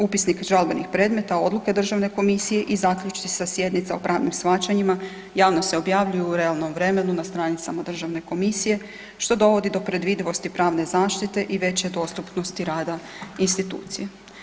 Upisnik žalbenih predmeta odluke Državne komisije i zaključci sa sjednica o pravnim shvaćanjima javno se objavljuju u realnom vremenu na stranicama Državne komisije, što dovodi do predvidivosti pravne zaštite i veće dostupnosti rada institucija.